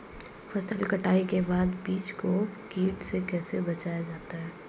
फसल कटाई के बाद बीज को कीट से कैसे बचाया जाता है?